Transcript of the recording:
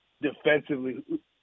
defensively